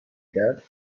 کرد